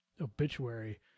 obituary